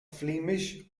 flemish